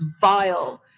vile